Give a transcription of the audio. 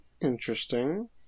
Interesting